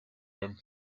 him